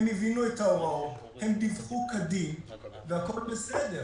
הם דיווחו כדין והכול בסדר.